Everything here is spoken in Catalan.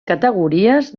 categories